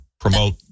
Promote